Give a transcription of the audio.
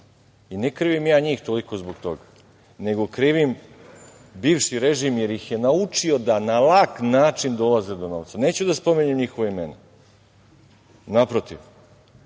krivim ja njih toliko zbog toga, nego krivim bivši režim, jer ih je naučio da na lak način dolaze do novca. Neću da spominjem njihova imena, naprotiv,